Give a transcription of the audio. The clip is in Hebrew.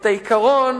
את העיקרון,